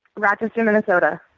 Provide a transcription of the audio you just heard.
atkinson, minnesota.